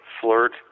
flirt